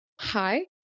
hi